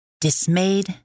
Dismayed